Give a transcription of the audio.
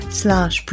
slash